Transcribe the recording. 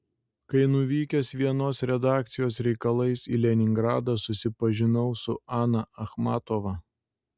kai nuvykęs vienos redakcijos reikalais į leningradą susipažinau su ana achmatova